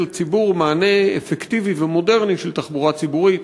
לציבור מענה אפקטיבי ומודרני של תחבורה ציבורית.